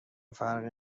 فرقی